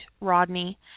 Rodney